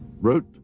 wrote